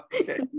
okay